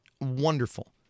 wonderful